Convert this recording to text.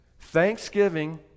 thanksgiving